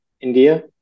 India